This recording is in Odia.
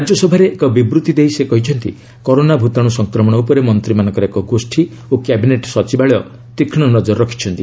ରାଜ୍ୟସଭାରେ ଏକ ବିବୃତ୍ତି ଦେଇ ସେ କହିଛନ୍ତି କରୋନା ଭୂତାଣ୍ର ସଂକ୍ରମଣ ଉପରେ ମନ୍ତ୍ରୀମାନଙ୍କର ଏକ ଗୋଷ୍ଠୀ ଓ କ୍ୟାବିନେଟ୍ ସଚିବାଳୟ ତୀକ୍ଷ୍ଣ ନଜର ରଖିଛନ୍ତି